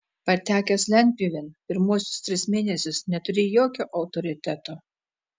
patekęs lentpjūvėn pirmuosius tris mėnesius neturi jokio autoriteto